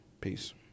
Peace